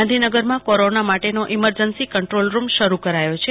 ગાંધીનગરમાં કોરોના માટેનો emergency control room શરૂ કરાયો છે